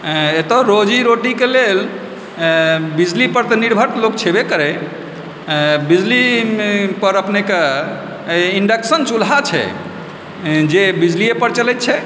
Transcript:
एतऽ रोजी रोटीके लेल बिजलीपर तऽ निर्भर लोक छेबे करै बिजलीपर अपनेके इंडक्शन चुल्हा छै जे बिजलियेपर चलै छै